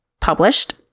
published